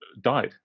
died